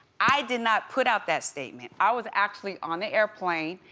i did not put out that statement. i was actually on the airplane.